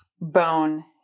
bone